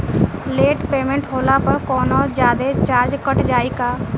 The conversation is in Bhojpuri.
लेट पेमेंट होला पर कौनोजादे चार्ज कट जायी का?